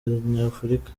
nyafurika